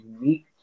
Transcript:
unique